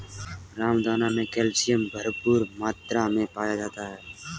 रामदाना मे कैल्शियम भरपूर मात्रा मे पाया जाता है